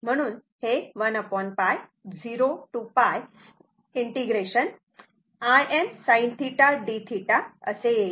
म्हणून हे 1 π 0 to π ⌠Im sinθ dθ असे येईल